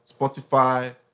Spotify